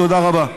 תודה רבה.